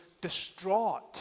distraught